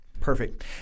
Perfect